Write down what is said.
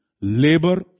labor